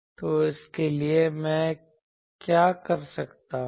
तो इसके लिए मैं क्या कर सकता हूं